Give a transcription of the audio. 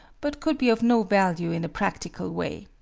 but could be of no value in a practical way.